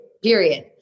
Period